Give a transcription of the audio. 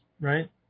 Right